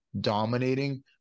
dominating